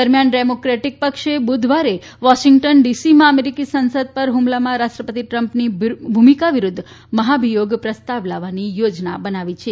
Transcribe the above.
દરમ્યાન ડેમોક્રેટીક પક્ષે બુધવારે વોશીંગ્ટન ડીસીમાં અમેરીકી સંસદ પર હ્મલામાં રાષ્ટ્રપતિ ટ્રમ્પની ભૂમિકા વિરૂદ્ધ મહાભિયોગ પ્રસ્તાવ લાવવાની યોજના બનાવી છે